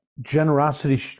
generosity